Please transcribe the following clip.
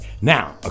Now